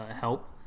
help